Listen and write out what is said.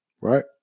right